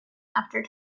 after